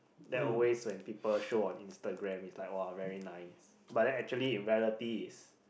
there also when people showed on Instagram is like !wah! very nice but actually in reality is